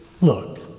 look